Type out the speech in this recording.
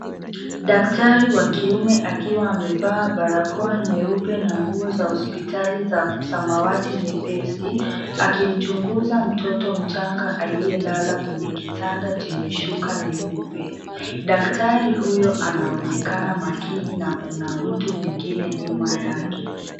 Daktari wa kiume akiwa amevaa barakoa nyeupe na nguo za hospitali za samawati nyepesi akimchunguza mtoto mchanga aliyelala kwenye kitanda chenye shuka nyeupe. Daktari huyo anaonekana makini na kuna mtu mwingine nyuma yake.